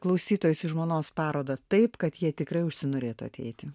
klausytojus į žmonos parodą taip kad jie tikrai užsinorėtų ateiti